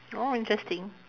oh interesting